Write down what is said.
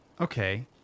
Okay